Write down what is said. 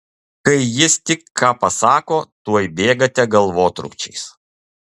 kai jis tik ką pasako tuoj bėgate galvotrūkčiais